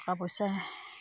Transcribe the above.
টকা পইচা